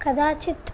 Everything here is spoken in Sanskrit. कदाचित्